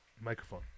Microphone